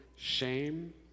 Shame